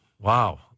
Wow